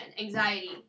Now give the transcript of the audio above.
anxiety